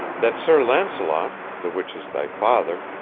that sir launcelot, the which is thy father,